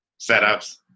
setups